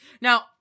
Now